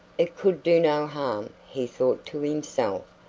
it could do no harm, he thought to himself,